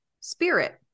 spirit